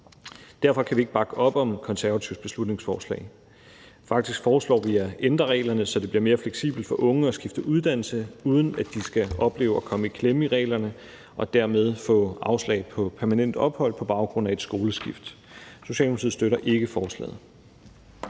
Derfor kan vi ikke bakke op om Konservatives beslutningsforslag. Faktisk foreslår vi at ændre reglerne, så det bliver mere fleksibelt for unge at skifte uddannelse, uden at de skal opleve at komme i klemme i reglerne og dermed få afslag på permanent ophold på baggrund af et skoleskift. Socialdemokratiet støtter ikke forslaget.